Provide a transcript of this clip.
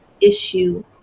issue